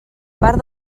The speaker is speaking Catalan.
part